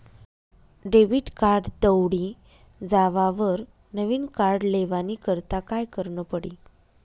Debit card दवडी जावावर नविन कार्ड लेवानी करता काय करनं पडी?